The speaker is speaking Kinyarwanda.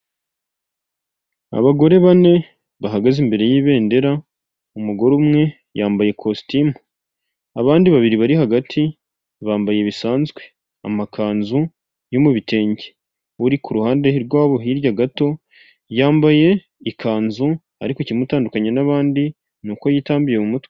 Abagore bane bahagaze imbere y'ibendera; umugore umwe yambaye ikositimu. Abandi babiri bari hagati bambaye bisanzwe. Amakanzu yo mu bitenge. Uri ku ruhande rwabo hirya gato, yambaye ikanzu ariko ikimutandukanye n'abandi ni uko yitambiye mu mutwe.